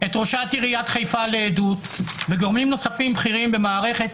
את ראשת עיריית חיפה לעדות וגורמים נוספים בכירים במערכת